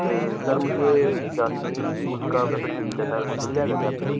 سر مجھے جاسمین پھول کا بکٹ چاہیے تھا سر مل جائے گا کیا آپ کے یہاں